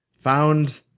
Found